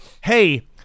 hey